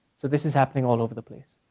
so this is happening all over the place.